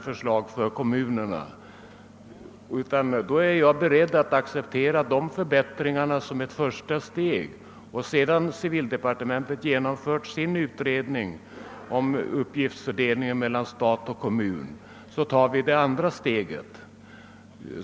Jag är beredd att acceptera de förbättringarna som ett första steg — sedan civildepartementet genomfört sin utredning om uppgilftsfördelningen mellan stat och kommun tar vi det andra ste get.